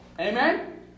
Amen